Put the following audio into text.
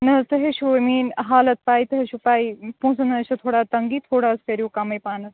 نَہ حظ تُہۍ حظ چھو ؤںۍ میٲنۍ حالت پاے تُہۍ حظ چھو پاے پونٛسن ہنٛزچھِ تھوڑا تٔنٛگی تھوڑا حظ کٔرو کمٕے پہنَتھ